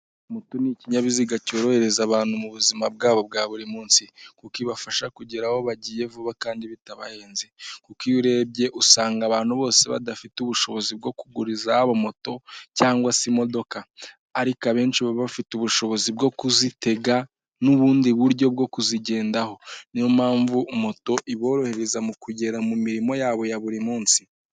Moto ni ikinyabiziga cyorohereza abantu mu buzima bwabo bwa buri munsi kuko ibafasha kugera aho bagiye vuba kandi bitabahenze, kuko iyo urebye usanga abantu bose badafite ubushobozi bwo kugura izabo moto cyangwa se imodoka, ariko abenshi baba bafite ubushobozi bwo kuzitega n'ubundi buryo bwo kuzigendaho. Niyo mpamvu moto iborohereza mu kugera mu mirimo yabo ya buri munsi.